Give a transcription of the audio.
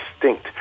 distinct